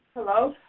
Hello